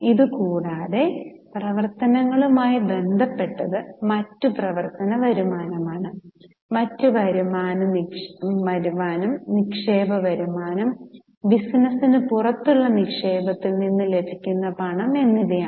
ഇതുകൂടാതെ പ്രവർത്തനങ്ങളുമായി ബന്ധപ്പെട്ടത് മറ്റ് പ്രവർത്തന വരുമാനമാണ് മറ്റ് വരുമാനം നിക്ഷേപ വരുമാനം ബിസിനസിന് പുറത്തുള്ള നിക്ഷേപത്തിൽ നിന്ന് ലഭിക്കുന്ന പണം എന്നിവയാണ്